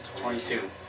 twenty-two